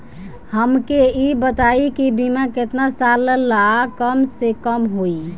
हमके ई बताई कि बीमा केतना साल ला कम से कम होई?